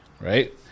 right